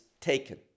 taken